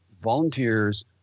volunteers